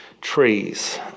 trees